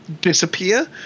disappear